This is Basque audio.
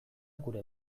gure